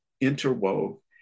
interwove